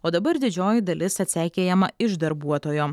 o dabar didžioji dalis atsipeikėjama iš darbuotojo